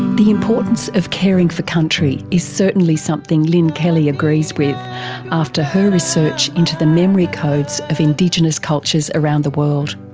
the importance of caring for country is certainly something lynne kelly agrees with after her research into the memory codes of indigenous cultures around the world.